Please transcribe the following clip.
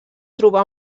trobar